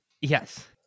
Yes